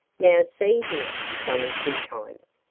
now, see here, johnnie two times,